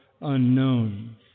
unknown